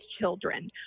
children